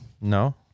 No